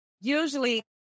Usually